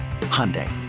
Hyundai